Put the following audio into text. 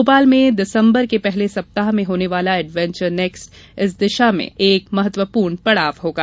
भोपाल में दिसंबर के पहले सप्ताह में होने वाला एडवेंचर नेक्स्ट इस दिशा में एक महत्वपूर्ण पड़ाव होगा